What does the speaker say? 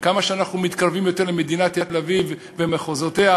ככל שאנחנו מתקרבים יותר למדינת תל-אביב ומחוזותיה,